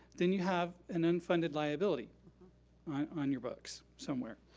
then you have an unfunded liability on your books somewhere.